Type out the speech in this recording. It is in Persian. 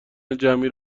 نسلی